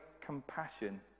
compassion